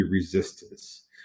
resistance